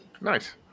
Nice